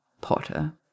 Potter